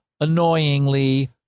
annoyingly